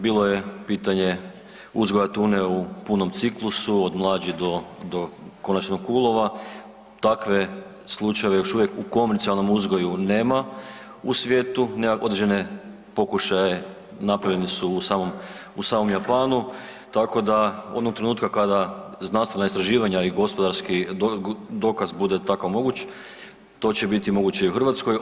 Bilo je pitanje uzgoja tune u punom ciklusu, od mlađi do, do konačnog ulova, takve slučajeve još uvijek u komercionalnom uzgoju nema u svijetu, nema, određene pokušaje napravljeni su u samom, u samom Japanu, tako da onog trenutka kada znanstvena istraživanja i gospodarski dokaz bude takav moguć to će biti moguće i u Hrvatskoj.